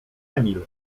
emil